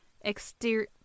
exterior